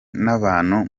n’abantu